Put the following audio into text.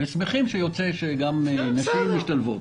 ושמחים שיוצא שגם נשים משתלבות.